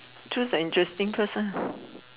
choose an interesting person